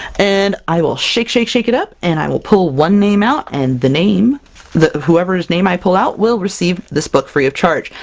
and i will shake, shake, shake it up! and i will pull one name out and the name the whoever's name i pull out will receive this book free of charge!